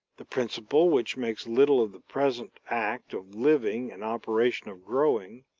the principle which makes little of the present act of living and operation of growing,